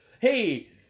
hey